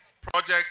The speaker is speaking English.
project